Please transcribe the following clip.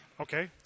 Okay